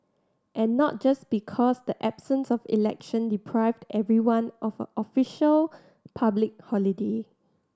and not just because the absence of election deprived everyone of a official public holiday